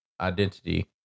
identity